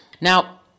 Now